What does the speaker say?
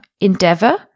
endeavor